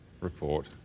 report